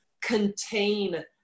contain